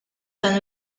dan